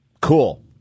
Cool